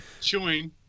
Chewing